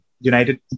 United